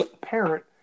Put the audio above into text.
parent